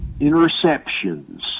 interceptions